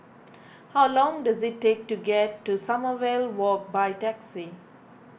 how long does it take to get to Sommerville Walk by taxi